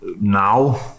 now